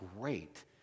great